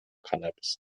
cannabis